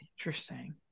Interesting